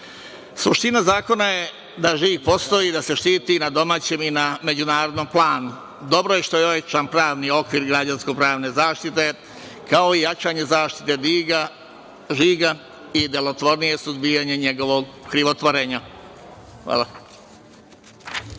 Suština zakona je da žig postoji i da se štiti na domaćem i na međunarodnom planu. Dobro je što je ovaj član pravni okvir građansko-pravne zaštite, kao i jačanje zaštite žiga i delotvornije suzbijanje njegovog krivotvorenja. Hvala.